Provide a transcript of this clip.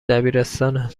دبیرستانه